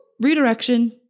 redirection